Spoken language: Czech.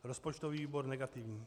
Rozpočtový výbor negativní.